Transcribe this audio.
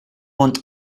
want